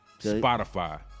Spotify